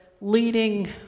leading